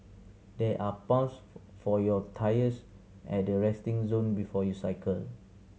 there are pumps for your tyres at the resting zone before you cycle